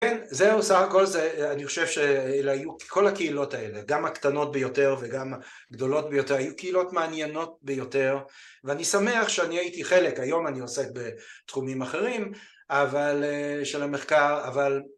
כן, זהו סך הכל זה, אני חושב שאלה היו, כל הקהילות האלה, גם הקטנות ביותר וגם הגדולות ביותר, היו קהילות מעניינות ביותר ואני שמח שאני הייתי חלק, היום אני עוסק בתחומים אחרים, של המחקר, אבל